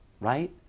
Right